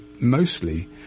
mostly